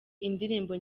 indirimbo